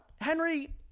Henry